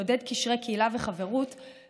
לעודד קשרי קהילה וחברות,